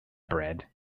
bread